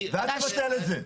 ואל תבטל את זה.